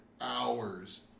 hours